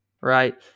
Right